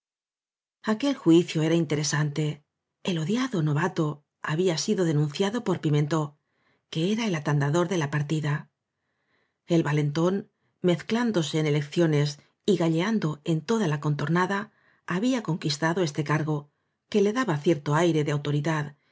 aquel juicio era interesante el odiado no vato había sido denunciado por pimentó que era el atanciacior de la partida el valentón mezclándose en elecciones y galleando en toda la contornada había con quistado este cargo que le daba cierto aire de autoridad